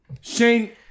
Shane